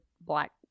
black